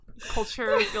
Culture